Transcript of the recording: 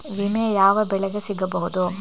ವಿಮೆ ಯಾವ ಬೆಳೆಗೆ ಸಿಗಬಹುದು?